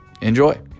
Enjoy